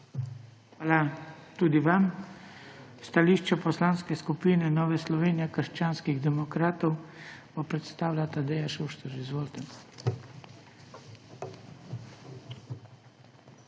Hvala tudi vam. Stališče Poslanske skupine Nova Slovenija − krščanski demokrati bo predstavila Tadeja Šuštar. Izvolite.